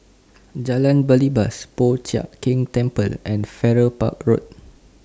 Jalan Belibas Po Chiak Keng Temple and Farrer Park Road